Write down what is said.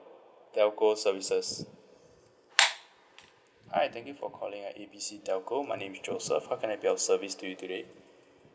telco services hi thank you for calling our A B C telco my name is joseph how can I be of service to you today